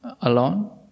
alone